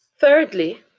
Thirdly